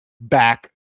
back